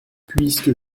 puisque